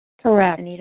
Correct